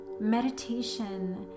meditation